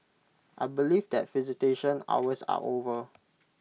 I believe that visitation hours are over